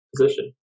position